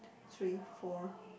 three four